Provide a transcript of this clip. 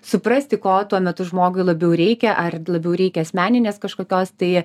suprasti ko tuo metu žmogui labiau reikia ar labiau reikia asmeninės kažkokios tai